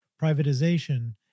Privatization